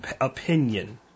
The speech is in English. opinion